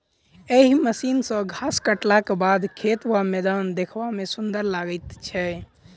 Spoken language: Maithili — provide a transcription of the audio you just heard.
एहि मशीन सॅ घास काटलाक बाद खेत वा मैदान देखबा मे सुंदर लागैत छै